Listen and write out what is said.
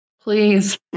Please